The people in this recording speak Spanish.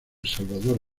salvador